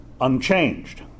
unchanged